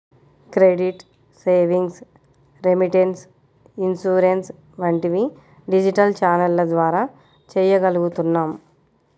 credit, savings, remittance, insurance వంటివి digital ఛానెల్ల ద్వారా చెయ్యగలుగుతున్నాం